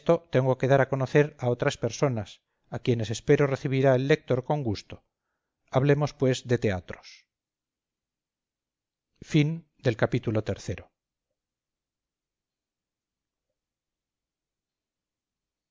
tengo que dar a conocer a otras personas a quienes espero recibirá el lector con gusto hablemos pues de teatros ii